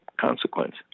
consequence